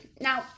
Now